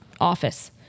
office